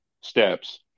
steps